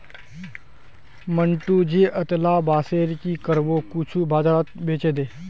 मंटू, ती अतेला बांसेर की करबो कुछू बाजारत बेछे दे